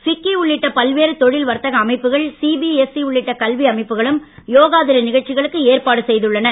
FICCI உள்ளிட்ட பல்வேறு தொழில் வர்த்தக அமைப்புகள் சிபிஎஸ்இ உள்ளிட்ட கல்வி அமைப்புகளும் யோகா தின நிகழ்ச்சிகளுக்கு ஏற்பாடு செய்துள்ளன